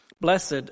Blessed